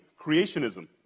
creationism